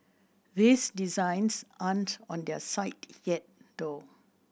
these designs aren't on their site yet though